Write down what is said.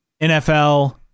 NFL